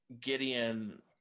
Gideon